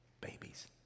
Babies